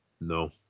No